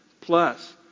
plus